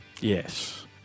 Yes